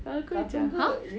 cartoon jer ha